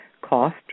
cost